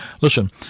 listen